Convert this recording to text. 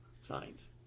signs